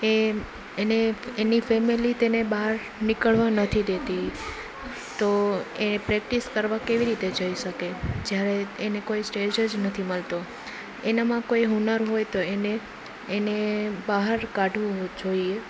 એ એને એની ફેમેલી તેને બહાર નીકળવા નથી દેતી તો એ પ્રેક્ટિસ કરવા કેવી રીતે જઈ શકે જ્યારે એને કોઈ સ્ટેજ જ નથી મળતો એનામાં કોઈ હુનર હોય તો એને એને બહાર કાઢવું જોઈએ